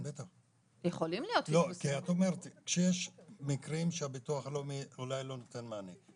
כי את אומרת שיש מקרים שהביטוח הלאומי אולי לא נותן מענה.